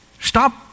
Stop